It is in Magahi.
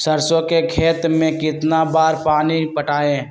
सरसों के खेत मे कितना बार पानी पटाये?